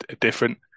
different